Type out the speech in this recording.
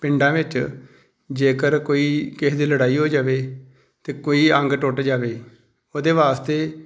ਪਿੰਡਾਂ ਵਿੱਚ ਜੇਕਰ ਕੋਈ ਕਿਸੇ ਦੀ ਲੜਾਈ ਹੋ ਜਾਵੇ ਅਤੇ ਕੋਈ ਅੰਗ ਟੁੱਟ ਜਾਵੇ ਉਹਦੇ ਵਾਸਤੇ